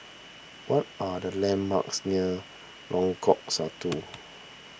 what are the landmarks near Lengkok Satu